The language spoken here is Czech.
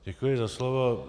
Děkuji za slovo.